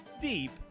deep